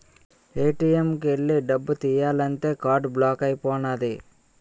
ATM కు ఎల్లి డబ్బు తియ్యాలంతే కార్డు బ్లాక్ అయిపోనాది